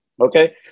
Okay